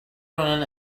run